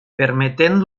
permetent